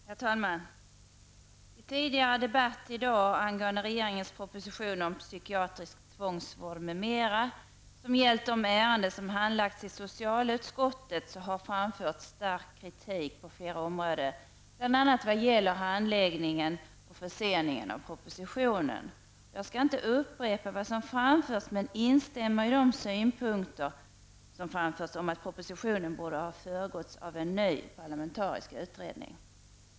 Herr talman! I en tidigare debatt i dag angående regeringens proposition om psykiatrisk tvångsvård m.m., och som gällt de ärenden som handlats i socialutskottet, framfördes stark kritik på flera områden, bl.a. när det gäller handläggningen och förseningen av propositionen. Jag skall inte upprepa vad som framfördes, men instämmer i de synpunkter som kom fram om att propositionen borde ha föregåtts av en ny parlamentarisk utredning.